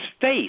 face